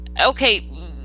okay